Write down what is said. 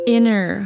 Inner